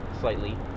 slightly